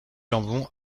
jambon